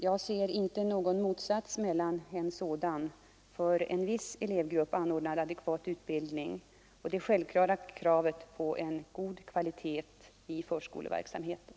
Jag ser inte någon motsats mellan en sådan, för en viss elevgrupp anordnad adekvat utbildning, och det självklara kravet på en god kvalitet i förskoleverksamheten.